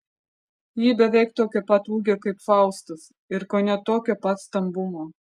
ji beveik tokio pat ūgio kaip faustas ir kone tokio pat stambumo